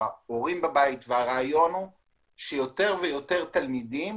ההורים בבית והרעיון שיותר ויותר תלמידים